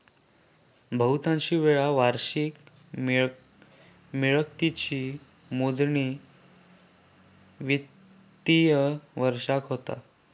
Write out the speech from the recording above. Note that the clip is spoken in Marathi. बहुतांशी वेळा वार्षिक मिळकतीची मोजणी वित्तिय वर्षाक होता